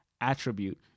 attribute